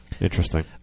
Interesting